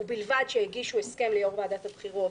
ובלבד שהגישו הסכם ליו"ר ועדת הבחירות